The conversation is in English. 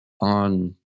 on